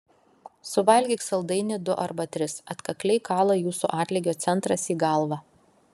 suvalgyk saldainį du arba tris atkakliai kala jūsų atlygio centras į galvą